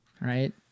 Right